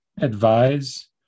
advise